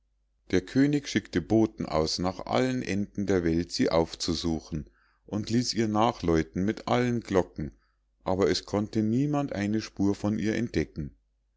der könig schickte boten aus nach allen enden der welt sie aufzusuchen und ließ ihr nachläuten mit allen glocken aber es konnte niemand eine spur von ihr entdecken